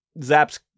Zaps